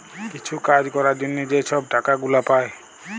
কিছু কাজ ক্যরার জ্যনহে যে ছব টাকা গুলা পায়